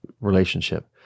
relationship